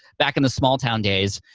back in the small-town days,